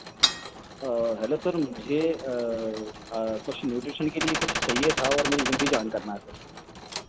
आ hello sir मुझे कुछ nutrition के लिए कुछ चाहिए था और मुझे जिम भी जॉइन करना है सर